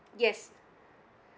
yes